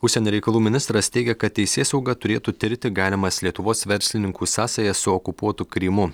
užsienio reikalų ministras teigia kad teisėsauga turėtų tirti galimas lietuvos verslininkų sąsajas su okupuotu krymu